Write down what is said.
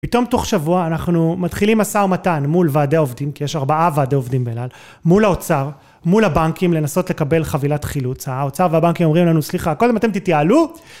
פתאום תוך שבוע אנחנו מתחילים משא ומתן מול ועדי העובדים, כי יש ארבעה ועדי עובדים באלעל, מול האוצר, מול הבנקים לנסות לקבל חבילת חילוץ. האוצר והבנקים אומרים לנו, סליחה, קודם אתם תתייעלו.